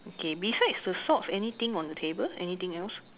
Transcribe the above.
okay besides the socks anything on the table anything else